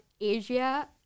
Asia